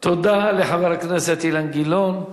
תודה לחבר הכנסת אילן גילאון.